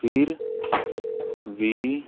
ਫਿਰ ਵੀ